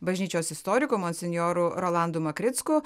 bažnyčios istoriku monsinjoru rolandu makricku